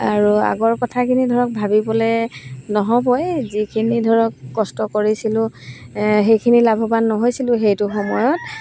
আৰু আগৰ কথাখিনি ধৰক ভাবিবলৈ নহ'বই যিখিনি ধৰক কষ্ট কৰিছিলোঁ সেইখিনি লাভৱান নহৈছিলোঁ সেইটো সময়ত